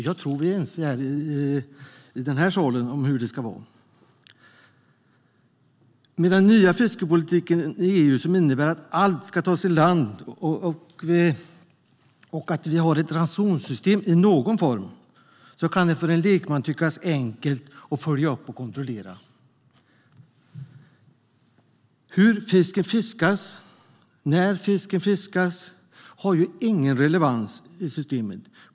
Jag tror att vi i den här salen är ense om hur det ska vara. Med den nya fiskeripolitiken i EU som innebär att allt ska tas i land och att vi har ett ransonsystem i någon form kan det för en lekman tyckas enkelt att följa upp och kontrollera. Hur fisken fiskas, när fisken fiskas, har ingen relevans i systemet.